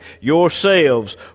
yourselves